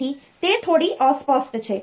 તેથી તે થોડી અસ્પષ્ટ છે